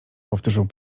powtórzył